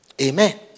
Amen